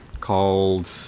called